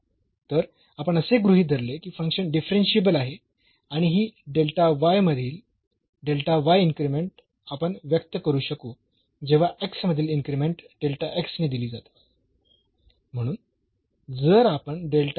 तर आपण असे गृहीत धरले की फंक्शन डिफरन्शियेबल आहे आणि ही मधील इन्क्रीमेंट आपण व्यक्त करू शकू जेव्हा मधील इन्क्रीमेंट ने दिली जाते